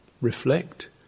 reflect